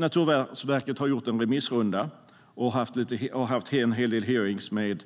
Naturvårdsverket har gjort en remissrunda och haft en hel del hearingar.